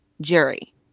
jury